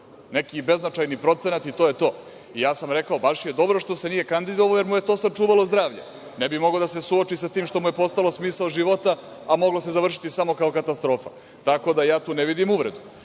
neki beznačajni procenat i to je to. Ja sam rekao – baš je dobro što se nije kandidovao jer mu je to sačuvalo zdravlje. Ne bi mogao da se suoči sa tim što mu je postalo smisao života, a moglo se završiti samo kao katastrofa, tako da ja tu ne vidim uvredu. Šta